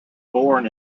born